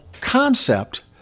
concept